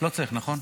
לא צריך, נכון?